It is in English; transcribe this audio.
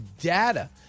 data